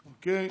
אוקיי.